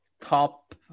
top